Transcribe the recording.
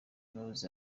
umuyobozi